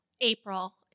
April